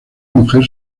mujer